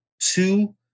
two